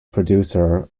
producer